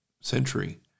century